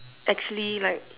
actually like